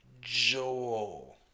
joel